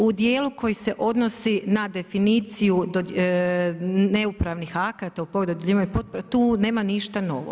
U dijelu koji se odnosi na definiciju neupravnih akata u … tu nema ništa novo.